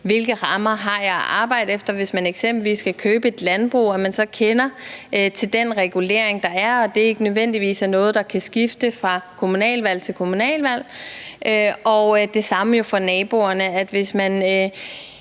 hvilke rammer man har at arbejde i, hvis man eksempelvis skal købe et landbrug. Så skal man kende den regulering, der er, og det bør nødvendigvis være noget, der ikke kan skifte fra kommunalvalg til kommunalvalg. Og det samme gælder jo for naboerne, så hvis man